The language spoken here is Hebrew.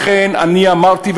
לכן אמרתי,